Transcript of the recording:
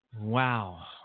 Wow